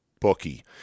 bookie